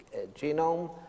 genome